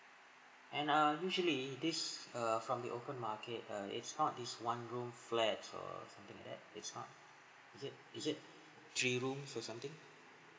and err usually this err from the open market uh is not this one room flat or something like that it's not is it is it three room or something